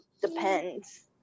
depends